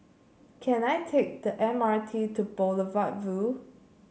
can I take the M R T to Boulevard Vue